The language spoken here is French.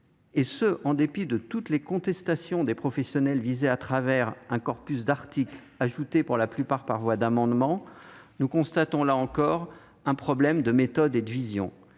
et ce en dépit de toutes les contestations des professionnels visés à travers un corpus d'articles dont la plupart ont été ajoutés par voie d'amendement, nous constatons une fois encore un problème de méthode et de vision